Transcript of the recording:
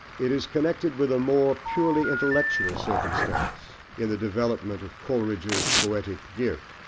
it is connected with a more purely intellectual circumstance in the development of coleridge's poetic gift.